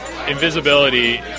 invisibility